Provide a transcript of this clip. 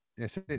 Yes